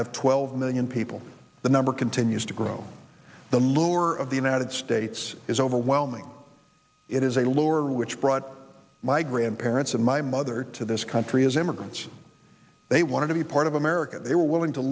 have twelve million people the number continues to grow the lure of the united states is overwhelming it is a lower which brought my grandparents and my mother to this country as immigrants they want to be part of america they were willing to